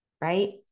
Right